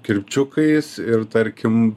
kirpčiukais ir tarkim